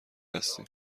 هستیم